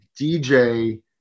DJ